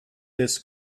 this